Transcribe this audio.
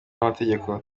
n’amategeko